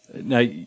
Now